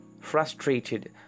Frustrated